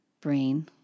brain